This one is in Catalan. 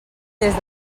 des